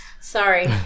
Sorry